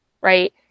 right